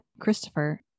Christopher